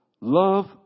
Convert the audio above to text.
love